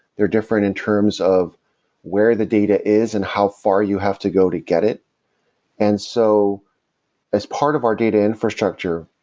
they're different in terms of where the data is and how far you have to go to get it and so as part of our data infrastructure,